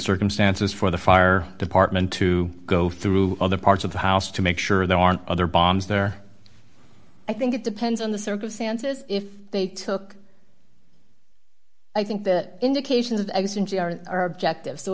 circumstances for the fire department to go through other parts of the house to make sure there aren't other bombs there i think it depends on the circumstances if they took i think the indications of are objective so